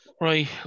right